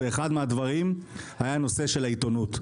ואחד מהדברים היה הנושא של העיתונות.